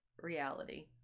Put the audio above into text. reality